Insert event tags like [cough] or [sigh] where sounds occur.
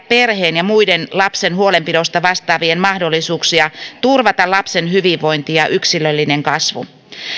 [unintelligible] perheen ja muiden lapsen huolenpidosta vastaavien mahdollisuuksia turvata lapsen hyvinvointi ja yksilöllinen kasvu